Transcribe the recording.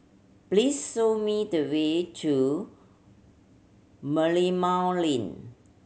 please show me the way to Merlimau Lane